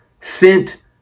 sent